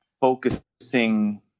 focusing